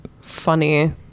funny